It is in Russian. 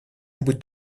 нибудь